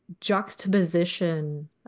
juxtaposition